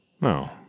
No